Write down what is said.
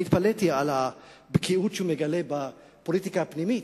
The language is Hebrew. אני התפלאתי על הבקיאות שהוא מגלה בפוליטיקה הפנימית.